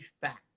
fact